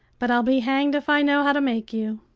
but i'll be hanged if i know how to make you.